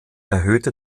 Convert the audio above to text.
erhöhte